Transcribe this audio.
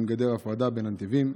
עם גדר הפרדה בין הנתיבים?